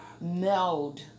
meld